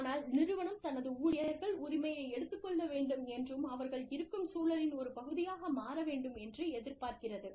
ஆனால் நிறுவனம் தனது ஊழியர்கள் உரிமையை எடுத்துக் கொள்ள வேண்டும் என்றும்' அவர்கள் இருக்கும் சூழலின் ஒரு பகுதியாக மாற வேண்டும் என்று எதிர்பார்க்கிறது